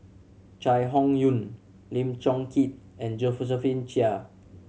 Chai Hon Yoong Lim Chong Keat and Josephine Chia